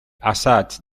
assaigs